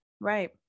right